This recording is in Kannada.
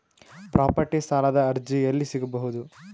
ಪ್ರಾಪರ್ಟಿ ಸಾಲದ ಅರ್ಜಿ ಎಲ್ಲಿ ಸಿಗಬಹುದು?